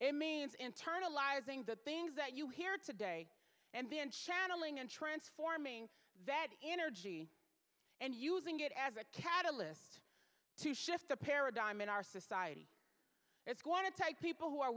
it means internalizing the things that you hear today and then channeling and transforming that energy and using it as a catalyst to shift the paradigm in our society it's going to take people who are